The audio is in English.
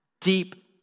deep